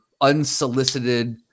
unsolicited